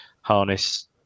Harness